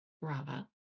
Rava